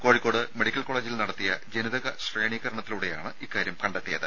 Kozhikode medical കോളേജിൽ നടത്തിയ ജനിതക ശ്രേണീകരണത്തിലൂടെയാണ് ഇക്കാര്യം കണ്ടെത്തിയത്